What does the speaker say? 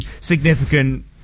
significant